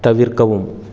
தவிர்க்கவும்